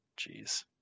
Jeez